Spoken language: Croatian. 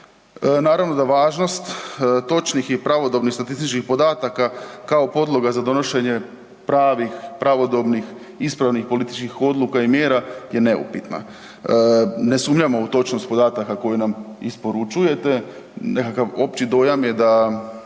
Naravno da važnost točnih i pravodobnih statističkih podataka kao podloga za donošenje pravih, pravodobnih, ispravnih političkih odluka i mjera je neupitna. Ne sumnjamo u točnost podataka koje nam isporučujete, nekakav opći dojam je da